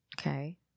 Okay